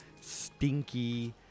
stinky